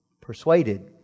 persuaded